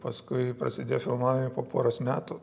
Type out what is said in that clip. paskui prasidėjo filmavimai po poros metų